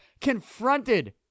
confronted